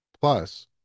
Plus